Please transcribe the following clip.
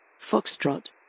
Foxtrot